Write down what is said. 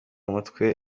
umutwe